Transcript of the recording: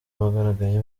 bagaragaye